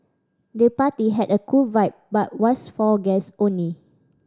the party had a cool vibe but was for guest only